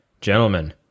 gentlemen